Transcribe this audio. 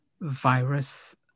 virus